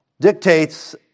dictates